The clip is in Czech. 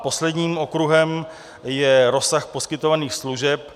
Posledním okruhem je rozsah poskytovaných služeb.